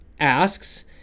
Asks